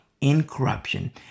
incorruption